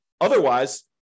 Otherwise